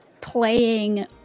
playing